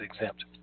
exempt